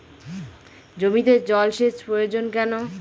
জমিতে জল সেচ প্রয়োজন কেন?